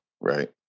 right